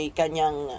kanyang